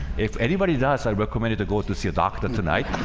if anybody does i recommended to go to see a doctor tonight